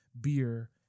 beer